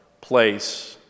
place